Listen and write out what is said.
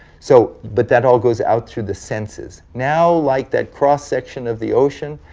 so, but that all goes out through the senses. now, like that cross section of the ocean,